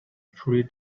three